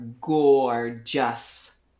gorgeous